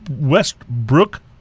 Westbrook